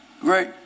great